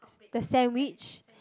the sandwich